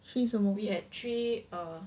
three 什么